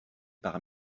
par